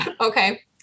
Okay